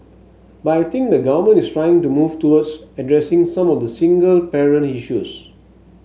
but I think the government is trying to move towards addressing some of the single parent issues